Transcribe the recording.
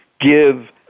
give